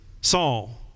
Saul